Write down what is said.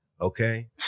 okay